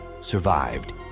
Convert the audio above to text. survived